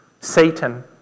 Satan